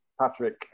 Patrick